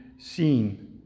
Seen